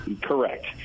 Correct